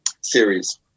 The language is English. series